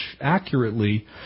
accurately